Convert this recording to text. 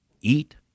eat